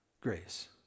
Grace